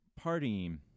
partying